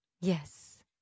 Yes